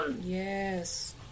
Yes